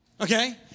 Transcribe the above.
Okay